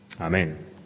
Amen